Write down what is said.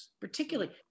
Particularly